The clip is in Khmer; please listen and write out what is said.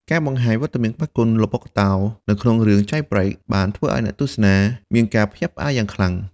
ការបង្ហាញវត្តមានក្បាច់គុនល្បុក្កតោនៅក្នុងរឿង "Jailbreak" បានធ្វើឲ្យអ្នកទស្សនាមានការភ្ញាក់ផ្អើលយ៉ាងខ្លាំង។